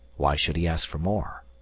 why should he ask for more?